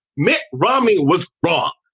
mitt romney was wrong.